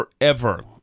forever